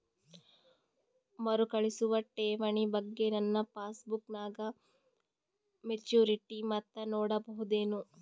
ಮರುಕಳಿಸುವ ಠೇವಣಿ ಬಗ್ಗೆ ನನ್ನ ಪಾಸ್ಬುಕ್ ನಾಗ ಮೆಚ್ಯೂರಿಟಿ ಮೊತ್ತ ನೋಡಬಹುದೆನು?